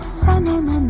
sending